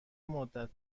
مدت